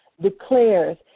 declares